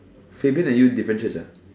Fei-Bing and you different Church